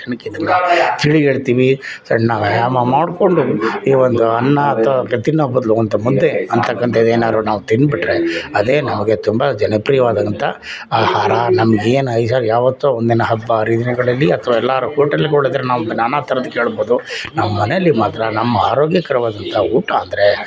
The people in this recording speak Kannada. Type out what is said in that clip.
ಇದನ್ನು ತಿಳಿ ಹೇಳ್ತೀವಿ ಸಣ್ಣ ವ್ಯಾಯಾಮ ಮಾಡಿಕೊಂಡು ಈ ಒಂದು ಅನ್ನ ಅಥಾವ ತಿನ್ನೋ ಬದಲು ಅಂತ ಮುದ್ದೆ ಅನ್ನತಕ್ಕಂಥದ್ದು ಏನಾದ್ರೂ ನಾವು ತಿಂದ್ಬಿಟ್ರೆ ಅದೇ ನಮಗೆ ತುಂಬ ಜನಪ್ರಿಯವಾದಂಥ ಆಹಾರ ನಮ್ಗೇನು ಯಾವತ್ತೋ ಒಂದಿನ ಹಬ್ಬ ಹರಿದಿನಗಳಲ್ಲಿ ಅಥ್ವಾ ಎಲ್ಲರೂ ಹೋಟೆಲ್ಗಳಿದ್ರೆ ನಾವು ನಾನಾ ಥರದ್ದು ಕೇಳ್ಬೋದು ನಾವು ಮನೇಲಿ ಮಾತ್ರ ನಮ್ಮ ಆರೋಗ್ಯಕರವಾದಂಥ ಊಟ ಅಂದರೆ